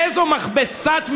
איזו מכבסת מילים.